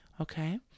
Okay